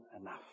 enough